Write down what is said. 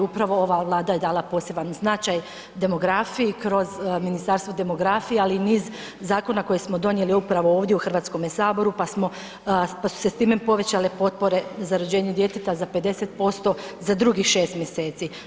Upravo ova Vlada je dala poseban značaj demografiji kroz Ministarstvo demografije, ali i niz zakona koje smo donijeli upravo ovdje u HS-u pa smo, pa su se time povećale potpore za rođenje djeteta za 50%, za drugih 6 mj.